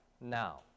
now